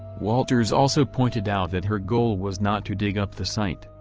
walters also pointed out that her goal was not to dig up the site.